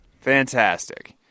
Fantastic